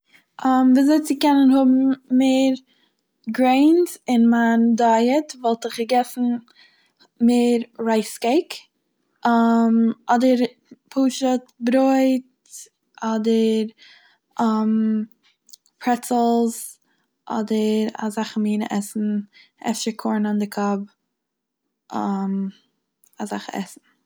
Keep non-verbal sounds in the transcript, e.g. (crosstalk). ווי אזוי צו קענען האבן מער גרעינס אין מיין דייעט וואלט איך געגעסן מער רייז קעיק, (hesitation) אדער פשוט ברויט אדער (hesitation) פרעצלס אדער אזאכע מינע עסן, אפשר (unintelligible) (hesitation) אזאכע עסן.